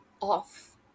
off